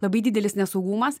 labai didelis nesaugumas